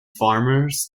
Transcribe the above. farmers